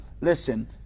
Listen